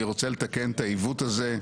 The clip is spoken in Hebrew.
אני רוצה לתקן את העיוות הזה.